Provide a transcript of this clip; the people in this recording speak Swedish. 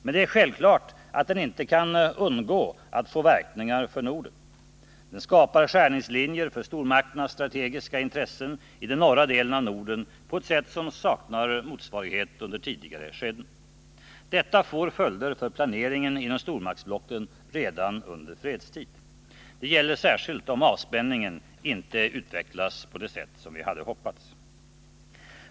Men det är självklart att den inte kan undgå att få verkningar för Norden. Den skapar skärningslinjer för stormakternas strategiska intressen i den norra delen av Norden på ett sätt som saknar motsvarighet under tidigare skeden. Detta får följder för planeringen inom stormaktsblocken redan under fredstid. Det gäller särskilt om avspänningen inte utvecklas som vi hoppas.